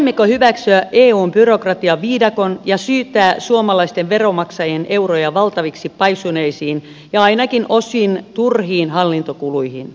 voimmeko hyväksyä eun byrokratiaviidakon ja syytää suomalaisten veronmaksajien euroja valtaviksi paisuneisiin ja ainakin osin turhiin hallintokuluihin